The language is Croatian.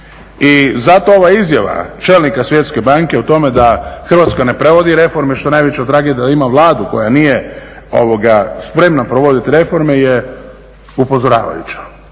I zato ova izjava čelnika Svjetske banke o tome da Hrvatske ne provodi reforme, što je najveća tragedija da ima Vladu spremna provoditi reforme je upozoravajuća.